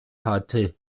hatte